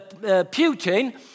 Putin